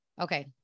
Okay